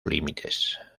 límites